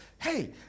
Hey